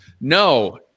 No